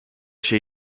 się